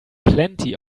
plenty